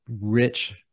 rich